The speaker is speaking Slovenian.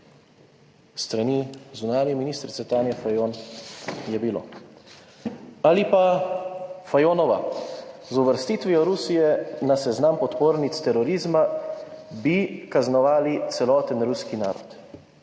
S strani zunanje ministrice Tanje Fajon je bilo. Ali pa, Fajonova, »Z uvrstitvijo Rusije na seznam podpornic terorizma bi kaznovali celoten ruski narod«,